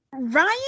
Ryan